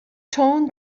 tone